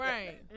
Right